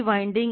ಇದು I1